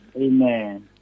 Amen